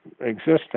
existing